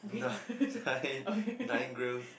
grids